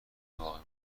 باقی